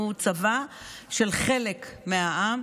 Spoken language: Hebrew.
הוא צבא של חלק מהעם.